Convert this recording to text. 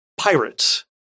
pirates